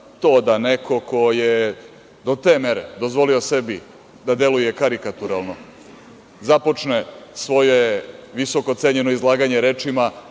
To da neko ko je do te mere dozvolio sebi da deluje karikaturalno da započne svoje visoko cenjeno izlaganje rečima